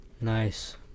nice